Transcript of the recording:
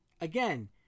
Again